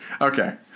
Okay